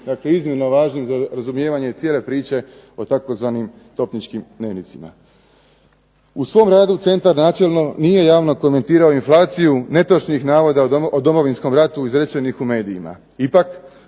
držim iznimno važnim za razumijevanje cijele priče o tzv. "Topničkim dnevnicima". U svom radu centar načelno nije javno komentirao inflaciju netočnih navoda o Domovinskom ratu izrečenih u medijima.